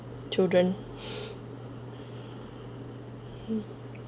children mm